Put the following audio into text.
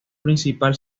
principal